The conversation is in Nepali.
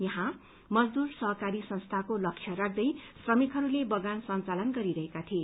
यहाँ मजदूर सहकारी संस्थाको लक्ष्य राख्दै श्रमिकहरूले बगान संचालन गरिरहेका थिए